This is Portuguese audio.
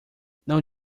não